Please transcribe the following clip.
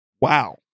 Wow